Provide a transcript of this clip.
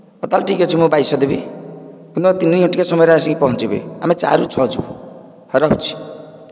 ହେଉ ତା'ହାଲେ ଠିକ ଅଛି ମୁଁ ବାଇଶହ ଦେବି କିନ୍ତୁ ତିନି ଘଟିକା ସମୟରେ ଆସିକି ପହଞ୍ଚିବେ ଆମେ ଚାରିରୁ ଛଅ ଯିବୁ ହେଉ ରହୁଛି